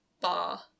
bar